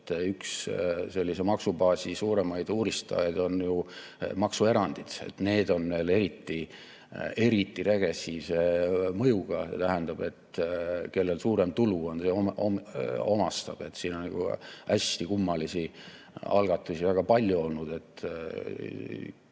Üks sellise maksubaasi suuremaid uuristajaid on maksuerandid. Need on veel eriti regressiivse mõjuga. See tähendab, et kellel suurem tulu on, see omastab. Siin on nagu hästi kummalisi algatusi väga palju olnud,